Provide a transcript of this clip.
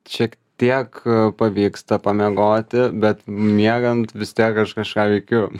šiek tiek pavyksta pamiegoti bet miegant vis tiek aš kažką veikiu